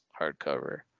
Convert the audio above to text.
hardcover